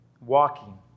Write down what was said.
walking